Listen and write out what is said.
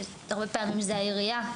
שהרבה פעמים זו העירייה,